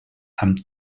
amb